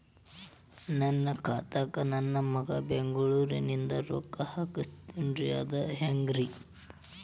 ನನ್ನ ಖಾತಾಕ್ಕ ನನ್ನ ಮಗಾ ಬೆಂಗಳೂರನಿಂದ ರೊಕ್ಕ ಕಳಸ್ತಾನ್ರಿ ಅದ ಹೆಂಗ್ರಿ?